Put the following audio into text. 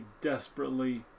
desperately